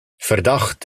verdacht